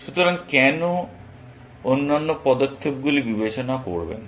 সুতরাং কেন অন্যান্য পদক্ষেপগুলি বিবেচনা করবেন